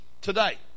today